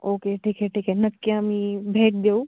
okay ठीक आहे ठीक आहे नक्की आम्ही भेट देऊ